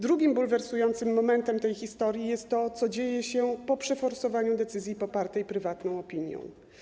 Drugim bulwersującym momentem tej historii jest to, co dzieje się po przeforsowaniu decyzji popartej prywatną opinią.